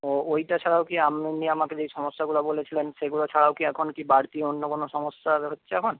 ও ওইটা ছাড়াও কি আপনি আমাকে যেই সমস্যাগুলো বলেছিলেন সেগুলো ছাড়াও কি এখন কি বাড়তি অন্য কোন সমস্যা বেরোচ্ছে এখন